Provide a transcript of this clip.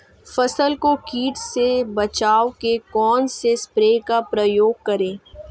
फसल को कीट से बचाव के कौनसे स्प्रे का प्रयोग करें?